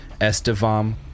Estevam